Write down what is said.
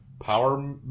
Power